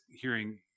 hearing